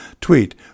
Tweet